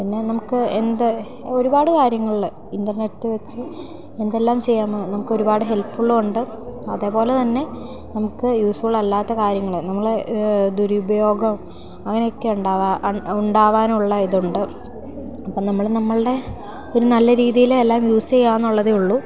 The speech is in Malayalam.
പിന്നെ നമുക്ക് എന്ത് ഒരുപാട് കാര്യങ്ങളിൽ ഇൻറ്റർനെറ്റ് വെച്ച് എന്തെല്ലാം ചെയ്യാമോ നമുക്കൊരുപാട് ഹെൽപ്ഫുള്ളുമുണ്ട് അതേ പോലെ തന്നെ നമുക്ക് യൂസ്ഫുള്ളല്ലാത്ത കാര്യങ്ങൾ നമ്മൾ ദുരുപയോഗം അങ്ങനെക്കെയുണ്ടാവുക ഉണ്ടാകാനുള്ള ഇതു കൊണ്ട് അപ്പം നമ്മൾ നമ്മളുടെ ഒരു നല്ല രീതിയിൽ എല്ലാം യൂസ് ചെയ്യുക എന്നുള്ളതേയുള്ളു